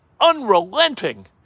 unrelenting